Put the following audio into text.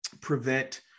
prevent